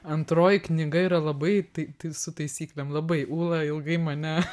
antroji knyga yra labai tai su taisyklėm labai ūla ilgai mane